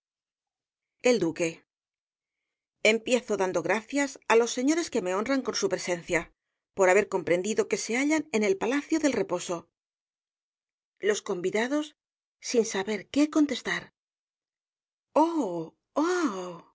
l duque empiezo dando gracias á los señores que me honran con su presencia por haber comprendido que se hallan en el palacio del reposo los convidados sin saber qué contestar